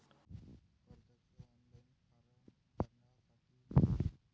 कर्जाचे online form भरासाठी मले कोंते कागद लागन?